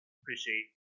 appreciate